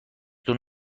تون